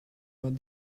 out